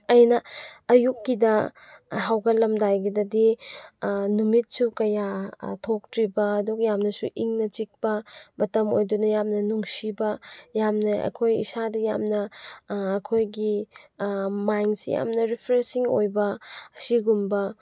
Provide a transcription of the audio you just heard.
ꯑꯩꯅ ꯑꯌꯨꯛꯀꯤꯗ ꯍꯧꯒꯠꯂꯝꯗꯥꯏꯒꯤꯗꯗꯤ ꯅꯨꯃꯤꯠꯁꯨ ꯀꯌꯥ ꯊꯣꯛꯇ꯭ꯔꯤꯕ ꯑꯗꯨꯒ ꯌꯥꯝꯅꯁꯨ ꯏꯪꯅ ꯆꯤꯛꯄ ꯃꯇꯝ ꯑꯣꯏꯗꯨꯅ ꯌꯥꯝꯅ ꯅꯨꯡꯁꯤꯕ ꯌꯥꯝꯅ ꯑꯩꯈꯣꯏ ꯏꯁꯥꯗ ꯌꯥꯝꯅ ꯑꯩꯈꯣꯏꯒꯤ ꯃꯥꯏꯟꯁꯦ ꯌꯥꯝꯅ ꯔꯤꯐ꯭ꯔꯦꯁꯤꯡ ꯑꯣꯏꯕ ꯁꯤꯒꯨꯝꯕ